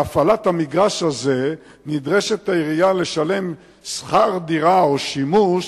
להפעלת המגרש הזה נדרשת העירייה לשלם שכר דירה או דמי שימוש